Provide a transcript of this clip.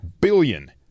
Billion